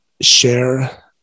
Share